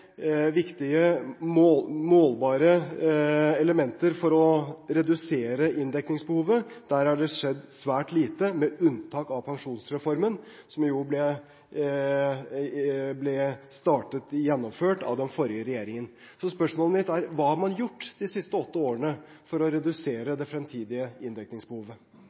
viktige målbare elementer for å redusere inndekningsbehovet, har det skjedd svært lite, med unntak av pensjonsreformen, som jo den forrige regjeringen startet gjennomføringen av. Spørsmålet mitt er: Hva har man gjort de siste åtte årene for å redusere det fremtidige inndekningsbehovet?